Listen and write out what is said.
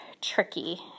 tricky